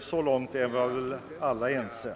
Så långt är väl alla överens.